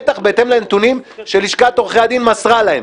בטח בהתאם לנתונים שלשכת עורכי הדין מסרה להם.